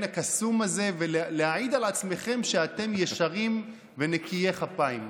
הקסום הזה ולהעיד על עצמכם שאתם ישרים ונקיי כפיים.